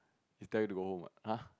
it's tell you to go home what [huh]